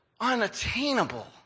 unattainable